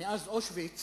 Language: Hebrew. מאז אושוויץ